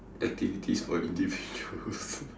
activities for individuals